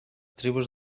tribus